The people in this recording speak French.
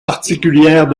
particulières